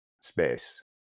space